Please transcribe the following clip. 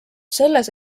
selles